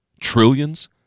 Trillions